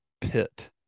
pit